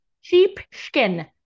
Sheepskin